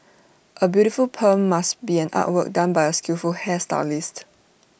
A beautiful perm must be an artwork done by A skillful hairstylist